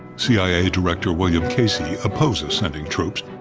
c i a. director william casey opposes sending troops